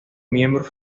miembros